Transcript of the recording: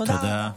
תודה רבה.